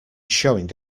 showing